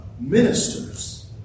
ministers